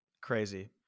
Crazy